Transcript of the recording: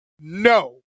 no